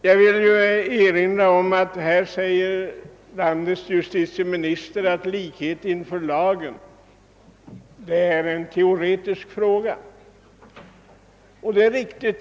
Jag vill erinra om att landets justitieminister säger att likhet inför lagen är en teoretisk fråga, och det är riktigt.